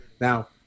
Now